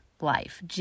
life